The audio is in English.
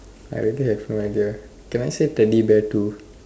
I really have no idea can I say Teddy bear too